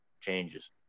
changes